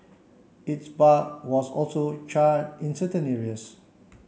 its bark was also charred in certain areas